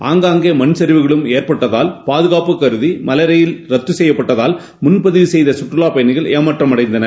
ஆங்காங்கே மண்சரிவுகளும் எற்பட்டதால் பாதுகாப்பு கருதி மலை ரயில் ரத்து செய்யப்பட்டதால் முன்பதிவு செய்த சுற்றுவாப் பயணிகள் ஏமாற்றமடைந்தனர்